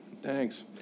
Thanks